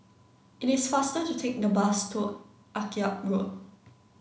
it is faster to take the bus to Akyab Road